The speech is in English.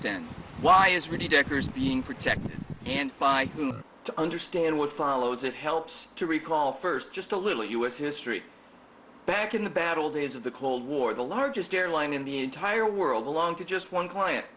then why is really decker's being protected and by whom to understand what follows it helps to recall first just a little us history back in the bad old days of the cold war the largest airline in the entire world belong to just one client